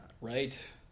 Right